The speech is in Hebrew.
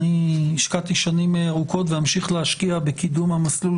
אני השקעתי שנים ארוכות ואמשיך להשקיע בקידום המסלול